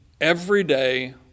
everyday